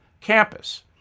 campus